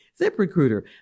ZipRecruiter